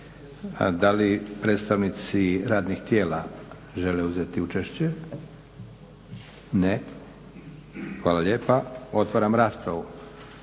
Da li predstavnici radnih tijela žele uzeti učešće? Ne. Hvala lijepa. Otvaram raspravu.